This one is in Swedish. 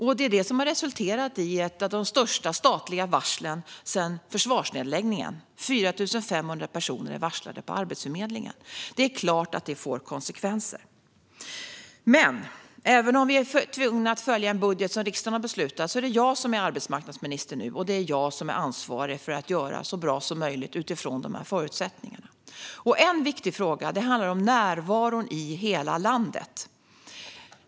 Det är det som har resulterat i ett av de största statliga varslen sedan försvarsnedläggningen. 4 500 personer är varslade på Arbetsförmedlingen. Det är klart att det får konsekvenser. Men även om vi är tvungna att följa den budget som riksdagen har beslutat är det jag som är arbetsmarknadsminister nu, och det är jag som är ansvarig för att göra det så bra så möjligt utifrån de här förutsättningarna. En viktig fråga handlar om närvaron i hela landet.